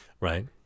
right